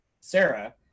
Sarah